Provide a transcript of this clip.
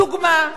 דוגמה.